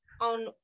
on